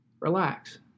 relax